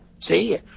See